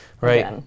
Right